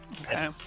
Okay